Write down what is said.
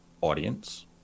audience